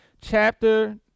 chapter